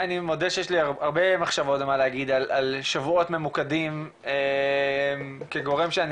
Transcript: אני מודה שיש לי הרבה מחשבות ומה להגיד על שבועות ממוקדים כגורם שאני